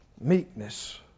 meekness